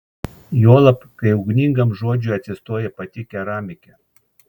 juolab kai ugningam žodžiui atsistoja pati keramikė